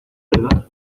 verdad